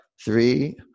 three